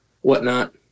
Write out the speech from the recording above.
whatnot